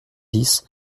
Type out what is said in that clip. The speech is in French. dix